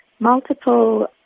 multiple